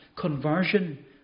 conversion